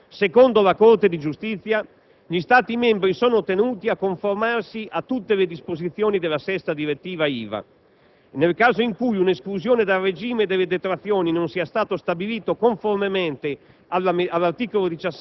Ma ora, secondo la Corte di giustizia, gli Stati membri sono tenuti a conformarsi a tutte le disposizioni della VI direttiva IVA. Nel caso in cui un'esclusione dal regime delle detrazioni non sia stato stabilito conformemente